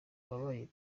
wabaye